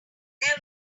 there